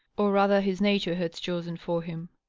or rather his nature had chosen for him.